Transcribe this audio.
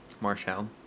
Marshall